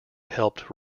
helped